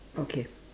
okay